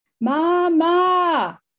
Mama